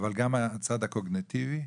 אבל גם הצד הקוגניטיבי?